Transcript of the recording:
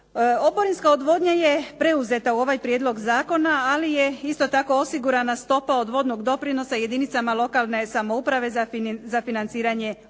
Oborinska odvodnja je preuzeta u ovaj prijedlog zakona, ali je isto tako osigurana stopa od vodnog doprinosa jedinicama lokane samouprave za financiranje ovih